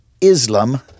Islam